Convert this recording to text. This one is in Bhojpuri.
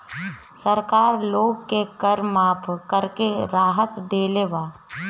सरकार लोग के कर माफ़ करके राहत देले बा